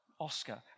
Oscar